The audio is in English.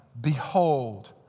Behold